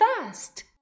fast